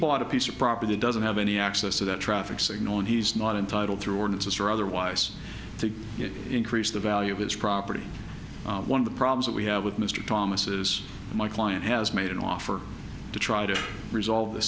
bought a piece of property doesn't have any access to that traffic signal and he's not entitled through ordinance or otherwise to increase the value of his property one of the problems that we have with mr thomas is my client has made an offer to try to resolve the